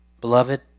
Beloved